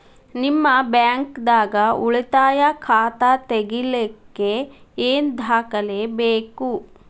ನಿಮ್ಮ ಬ್ಯಾಂಕ್ ದಾಗ್ ಉಳಿತಾಯ ಖಾತಾ ತೆಗಿಲಿಕ್ಕೆ ಏನ್ ದಾಖಲೆ ಬೇಕು?